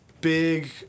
Big